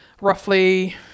roughly